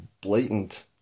blatant